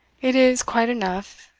it is quite enough,